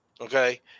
Okay